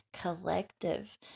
collective